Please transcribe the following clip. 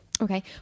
Okay